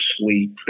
sleep